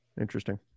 interesting